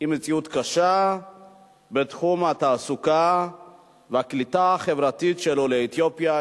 מציאות קשה בתחום התעסוקה והקליטה החברתית של עולי אתיופיה,